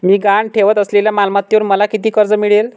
मी गहाण ठेवत असलेल्या मालमत्तेवर मला किती कर्ज मिळेल?